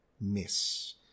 miss